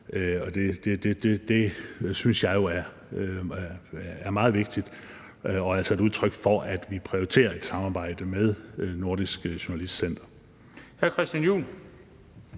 Det synes jeg jo er meget vigtigt og et udtryk for, at vi prioriterer et samarbejde med Nordisk Journalistcenter.